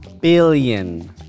Billion